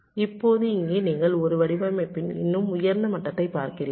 இப்போது இங்கே நீங்கள் ஒரு வடிவமைப்பின் இன்னும் உயர்ந்த மட்டத்தைப் பார்க்கிறீர்கள்